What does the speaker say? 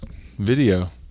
video